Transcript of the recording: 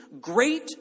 Great